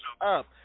up